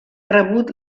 rebut